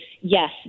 yes